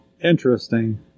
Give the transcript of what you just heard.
Interesting